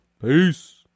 Peace